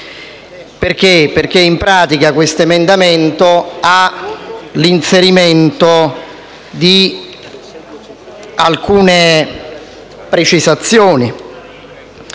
6.202, perché in pratica questo emendamento prevede l'inserimento di alcune precisazioni.